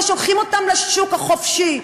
ושולחים אותם לשוק החופשי.